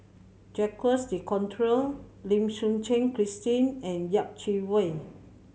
Jacques De Coutre Lim Suchen Christine and Yeh Chi Wei